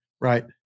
Right